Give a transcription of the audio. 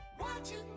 Watching